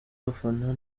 abafana